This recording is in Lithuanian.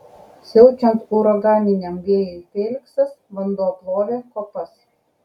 siaučiant uraganiniam vėjui feliksas vanduo plovė kopas